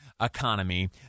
economy